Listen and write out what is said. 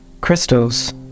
crystals